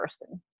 person